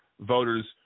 voters